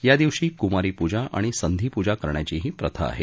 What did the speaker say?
यादिवशी कुमारी पूजा आणि संधी पूजा करण्याचीही प्रथा आहे